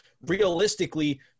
realistically